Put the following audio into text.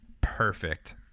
perfect